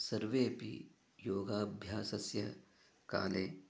सर्वेपि योगाभ्यासस्य काले